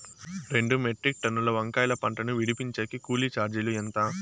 రెండు మెట్రిక్ టన్నుల వంకాయల పంట ను విడిపించేకి కూలీ చార్జీలు ఎంత?